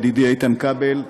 הוא ידידי איתן כבל,